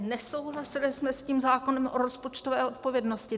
Nesouhlasili jsme se zákonem o rozpočtové odpovědnosti.